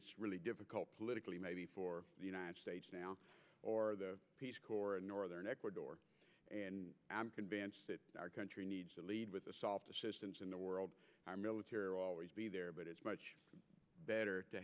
's really difficult politically maybe for the united states now or the peace corps in northern ecuador and i'm convinced that our country needs to lead with a soft assistance in the world our military will always be there but it's much better to